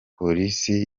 polisi